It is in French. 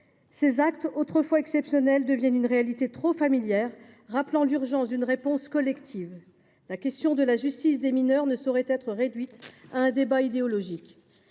ces actes, autrefois exceptionnels, deviennent une réalité trop familière, rappelant l’urgence d’une réponse collective. La justice des mineurs ne saurait être réduite à un débat idéologique.